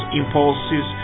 impulses